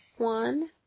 one